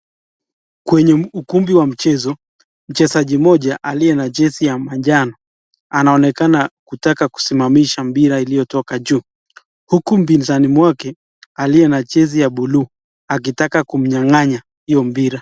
Kwenye ukumbi wa mchezo mchezaji mmoja aliye na jezi ya manjano anaonekana kutaka kusimamisha mpira iliyotoka juu ,huku mpinzani wake aliye na jezi ya buluu akitaka kumnyang'anya hiyo mpira.